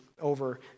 over